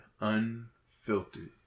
unfiltered